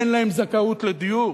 אין להם זכאות לדיור.